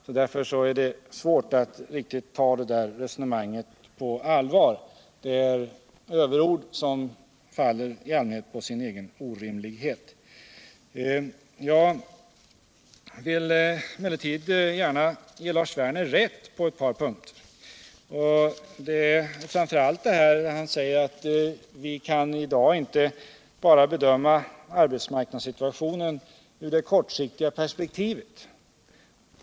Det är därför svårt att ta det där resonemanget riktigt på allvar; det är överord som faller på sin egen orimlighet. Jag vill emellertid gärna ge Lars Werner rätt på ett par punkter, framför allt när han säger att vi i dag inte kan bedöma arbetsmarknadssituationen ur bara det kortsiktiga perspektivet.